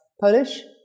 Polish